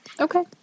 Okay